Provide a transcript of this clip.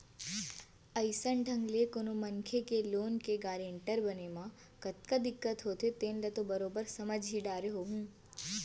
अइसन ढंग ले कोनो मनखे के लोन के गारेंटर बने म कतका दिक्कत होथे तेन ल तो बरोबर समझ ही डारे होहूँ